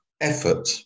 Effort